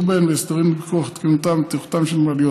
בהן והסדרים לפיקוח על תקינותן ובטיחותן של מעליות.